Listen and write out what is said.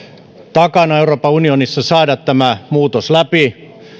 takana saada euroopan unionissa tämä muutos läpi